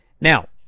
Now